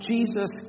Jesus